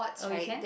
oh you can